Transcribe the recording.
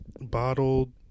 Bottled